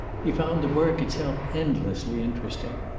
he found the work itself endlessly interesting.